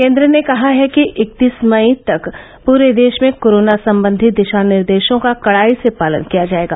केंद्र ने कहा है कि इकतीस मई तक पूरे देश में कोरोना संबंधी दिशानिर्देशों का कड़ाई से पालन किया जाएगा